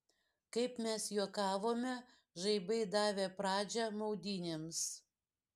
kaip mes juokavome žaibai davė pradžią maudynėms